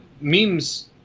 memes